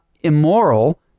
immoral